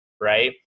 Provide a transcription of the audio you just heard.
right